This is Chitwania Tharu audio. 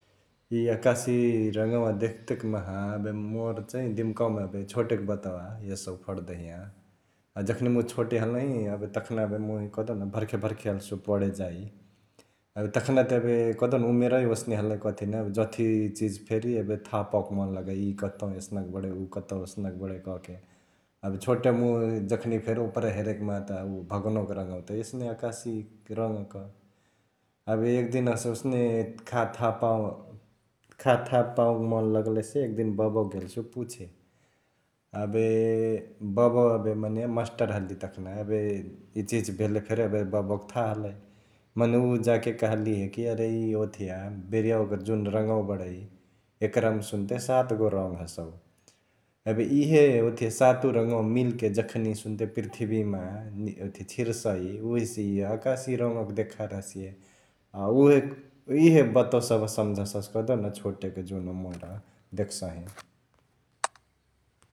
इ आकासी रङ्गवा देख्तेक माहा एबे मोर चैं दिमकावा मा एबे छोटेक एसौ फट दहिंया । अ जखनी मुइ छोटे हलही एबे तखना एबे मुइ कहदेउन भर्खे भर्खे हलसु पढे जाई । एबे तखना त एबे कहदेउन ना उमेरावै ओसने हलई कथी ना उ जथी चिज फेरी एबे थाह पाओके मन लगै, इ कतऔ एसनक बडै, उ कतौ ओसनक बडै कहके । एबे छोटेमा मुइ जखनी फेरी ओपरा हेरैक माहा त उ भगोनवाक रङ्गवा त यसने आकासी रङ्गक । एबे एक दिन हसे ओसने खा थाह पाओ....खा थाह पाओके मन लगलेसे एक दिन बबवके गेल्सु पुछे, एबे बबवा एबे मेने मस्टर हलिहे तखना, एबे इचिहिची भेले फेरी एबे बबवाक थाह हलई मने उ जाके कहलेहे कि अरे इअ ओथिया बेरिवाक जुन रङ्गवा बडै एकरमा सुन्ते सात गो रङ्ग हसउ । एबे इहे ओथिया सातु रङ्गवा मिलके जखनी सुन्ते पृथिबिमा छिरसई उहेसे इअ आकसी रङ्गक देखार हसिअ । अ उहे इहे बतवा सभ सम्झससु कहदेउन छोटे जुन मोर देखसही ।